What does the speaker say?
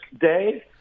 day